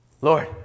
Lord